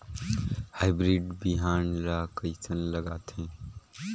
Hybrid बिहान ला कइसन लगाथे?